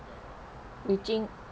reaching